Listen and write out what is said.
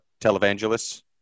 televangelists